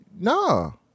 no